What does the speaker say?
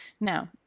Now